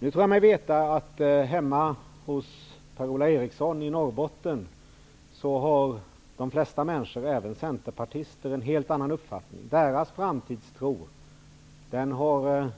Jag tror mig veta att hemma hos Per-Ola Eriksson i Norrbotten har de flesta människor, även centerpartister, en helt annan uppfattning. Deras framtidstro har